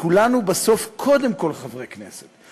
וכולנו בסוף קודם כול חברי כנסת,